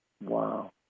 Wow